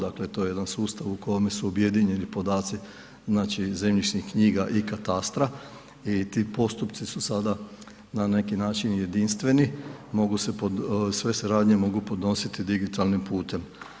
Dakle, to je jedan sustav u kome su objedinjeni podaci znači zemljišnih knjiga i katastra i ti postupci su sada na neki način jedinstveni, mogu se, sve se radnje mogu podnositi digitalnim putem.